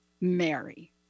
Mary